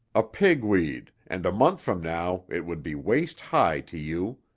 a pigweed, and a month from now it would be waist high to you.